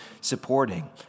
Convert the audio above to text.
supporting